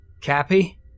Cappy